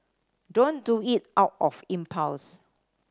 don't do it out of impulse